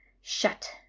shut